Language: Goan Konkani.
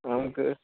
आमकां